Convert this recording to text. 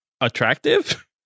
attractive